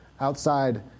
outside